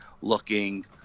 looking